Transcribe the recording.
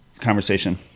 conversation